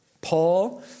Paul